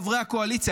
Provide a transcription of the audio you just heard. חברי הקואליציה,